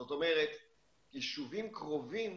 זאת אומרת יישובים קרובים,